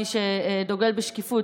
מי שדוגל בשקיפות,